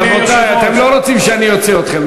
אתם לא רוצים שאני אוציא אתכם,